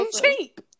cheap